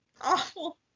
Awful